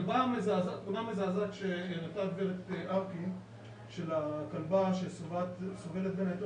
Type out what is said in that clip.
התמונה המזעזעת שהראתה גב' ארקין של הכלבה שסובלת בין היתר